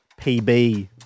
PB